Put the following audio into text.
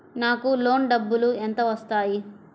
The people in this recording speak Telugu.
నాకు లోన్ డబ్బులు ఎంత వస్తాయి?